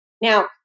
Now